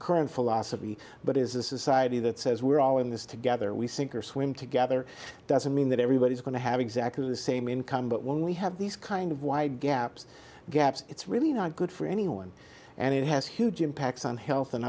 current philosophy but is this is the that says we're all in this together we sink or swim together doesn't mean that everybody's going to have exactly the same income but when we have these kind of wide gaps gaps it's really not good for anyone and it has huge impacts on health and